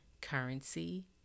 Currency